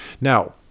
Now